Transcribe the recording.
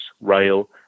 rail